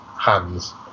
hands